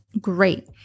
great